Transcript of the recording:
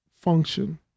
function